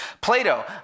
Plato